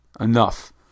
enough